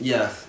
Yes